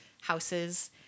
houses